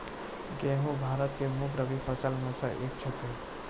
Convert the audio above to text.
गेहूँ भारत के मुख्य रब्बी फसल मॅ स एक छेकै